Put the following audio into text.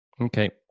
okay